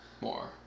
More